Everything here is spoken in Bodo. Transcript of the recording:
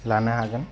लानो हागोन